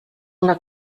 una